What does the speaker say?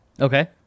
Okay